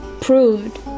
proved